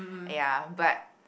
ya but